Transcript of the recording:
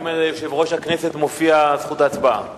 אם יושב-ראש הכנסת מופיע, זכות ההצבעה חזרה,